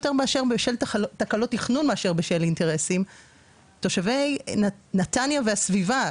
יותר בשל תקלות תכנון מאשר בשל אינטרסים תושבי נתניה והסביבה,